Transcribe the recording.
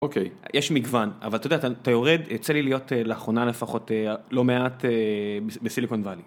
אוקיי. יש מגוון, אבל אתה יודע, אתה יורד, יוצא לי להיות לאחרונה לפחות לא מעט בסיליקון וואלי.